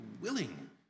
willing